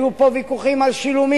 היו פה ויכוחים על שילומים,